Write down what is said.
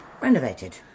renovated